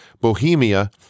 Bohemia